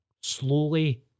slowly